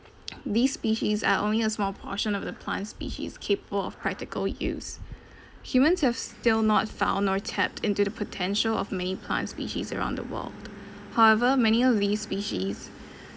these species are only a small portion of the plant species capable of practical use humans have still not found nor tapped into the potential of many plant species around the world however many of these species